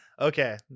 Okay